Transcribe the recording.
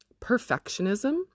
perfectionism